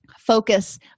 focus